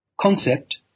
concept